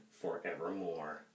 forevermore